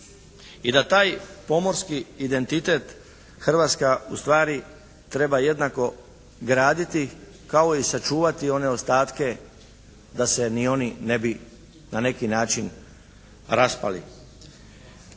i da taj pomorski identitet Hrvatska ustvari treba jednako graditi kao i sačuvati one ostatke da se ni oni ne bi na neki način raspali.